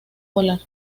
volar